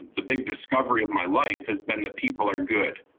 the big discovery of my life has been that people are good.